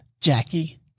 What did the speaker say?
Jackie